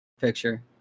picture